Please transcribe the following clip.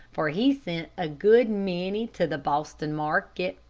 for he sent a good many to the boston market.